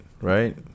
Right